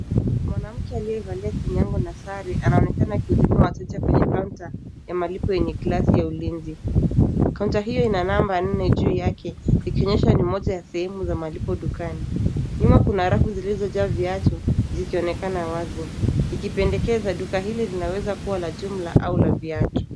Mwanamke aliyevalia kinyango na sare anaonekana kuhutumia wateja kwenye kaunta ya malipo enye Glass ya ulinzi. Kaunta io ina namba nne juu yake ikionyesha ni moja ya sehemu ya malipo dukani nyuma kuna rafu zilizojaa viatu zikionekana wazi, ikipendekeza duka hili inaweza kuwa la jumla au la viatu